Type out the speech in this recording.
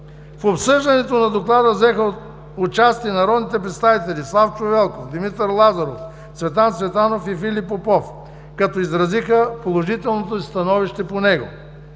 В обсъждането на Доклада взеха участие народните представители Славчо Велков, Димитър Лазаров, Цветан Цветанов и Филип Попов, като изразиха положителното си становище по него.